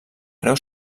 creu